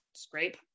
scrape